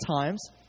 times